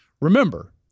remember